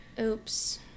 Oops